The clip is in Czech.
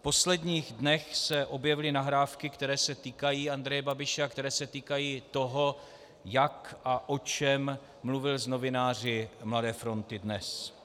V posledních dnech se objevily nahrávky, které se týkají Andreje Babiše a které se týkají toho, jak a o čem mluvil s novináři Mladé fronty Dnes.